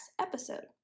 episode